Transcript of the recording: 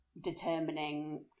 determining